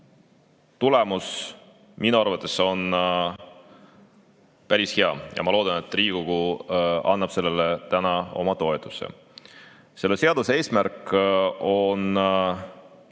tulemus minu arvates on päris hea ja ma loodan, et Riigikogu annab sellele täna oma toetuse. Selle seaduse eesmärk on